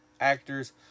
actors